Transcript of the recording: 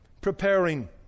preparing